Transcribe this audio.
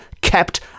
kept